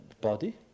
body